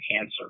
answer